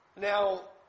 Now